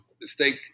mistake